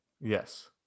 Yes